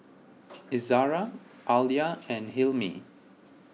Izzara Alya and Hilmi